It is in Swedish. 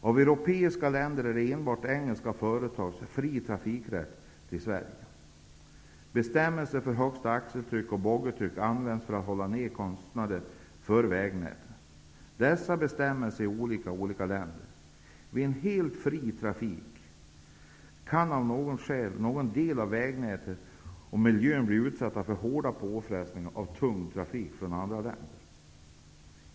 Av europeiska länder är det enbart engelska företag som har fri trafikrätt till Sverige. Bestämmelser för högsta axel och boggitryck används för att hålla nere kostnaderna för vägnätet. Dessa bestämmelser är olika i olika länder. Vid en helt fri trafik kan av något skäl någon del av vägnätet och miljön bli utsatta för hårda påfrestningar av tung trafik från andra länder.